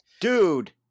dude